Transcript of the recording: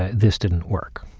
ah this didn't work.